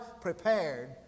prepared